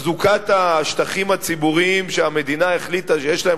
תחזוקת השטחים הציבוריים שהמדינה החליטה שיש להם